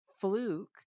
fluke